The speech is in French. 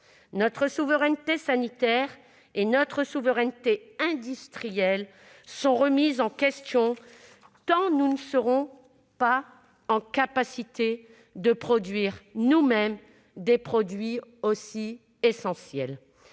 Notre souveraineté sanitaire et notre souveraineté industrielle seront remises en question tant que nous ne serons pas en capacité de produire nous-mêmes des produits aussi essentiels.